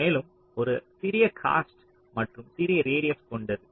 மேலும் இது ஒரு சிறிய காஸ்ட் மற்றும் சிறிய ரேடியஸ் கொண்டது